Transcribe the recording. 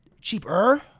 cheaper